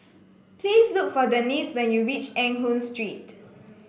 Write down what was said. please look for Denisse when you reach Eng Hoon Street